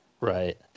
Right